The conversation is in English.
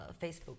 Facebook